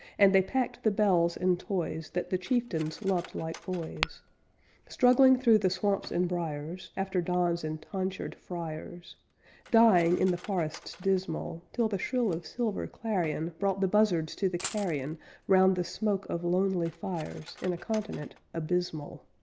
and they packed the bells and toys that the chieftains loved like boys struggling through the swamps and briars after dons and tonsured friars dying in the forests dismal, till the shrill of silver clarion brought the buzzards to the carrion round the smoke of lonely fires in a continent abysmal.